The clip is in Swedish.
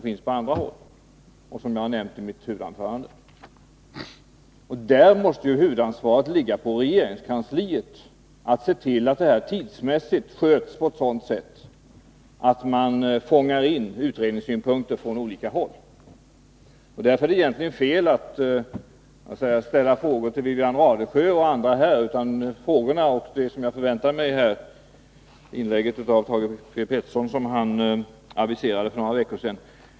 Detta har jag nämnt i mitt huvudanförande. Regeringskansliet bär huvudansvaret för att se till att detta tidsmässigt sköts så att synpunkter från olika håll fångas in. I detta fall är det egentligen fel att ställa frågor till Wivi-Anne Radesjö och andra här.